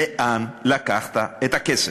לאן לקחת את הכסף?